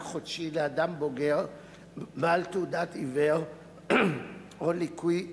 חודשי לאדם בוגר בעל תעודת עיוור או לקוי ראייה,